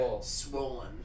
swollen